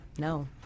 No